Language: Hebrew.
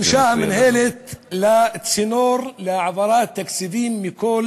המינהלת שימשה צינור להעברת תקציבים מכל